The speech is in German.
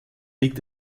liegt